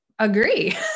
Agree